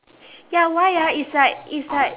ya why ah it's like it's like